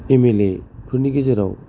M L एफोरनि गेजेराव